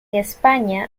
españa